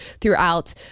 throughout